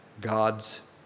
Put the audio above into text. God's